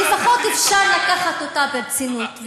שלפחות אפשר לקחת אותה ברצינות,